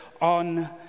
on